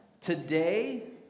today